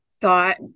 thought